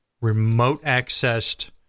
remote-accessed